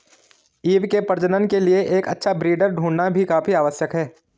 ewe के प्रजनन के लिए एक अच्छा ब्रीडर ढूंढ़ना भी काफी आवश्यक है